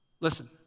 Listen